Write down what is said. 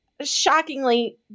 shockingly